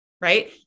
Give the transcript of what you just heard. right